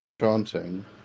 chanting